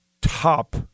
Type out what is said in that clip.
top